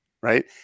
right